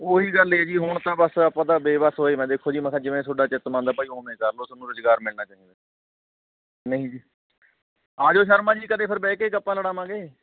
ਉਹੀ ਗੱਲ ਹੈ ਜੀ ਹੁਣ ਤਾਂ ਬਸ ਆਪਾਂ ਤਾਂ ਬੇਵੱਸ ਹੋਏ ਮੈਂ ਦੇਖੋ ਜੀ ਮੈਂ ਕਿਹਾ ਜਿਵੇਂ ਤੁਹਾਡਾ ਚਿੱਤ ਮੰਨਦਾ ਭਾਈ ਉਵੇਂ ਕਰ ਲਉ ਤੁਹਾਨੂੰ ਰੁਜ਼ਗਾਰ ਮਿਲਣਾ ਚਾਹੀਦਾ ਨਹੀਂ ਜੀ ਆ ਜਿਓ ਸ਼ਰਮਾ ਜੀ ਕਦੇ ਫਿਰ ਬਹਿ ਕੇ ਗੱਪਾਂ ਲੜਾਵਾਂਗੇ